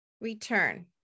return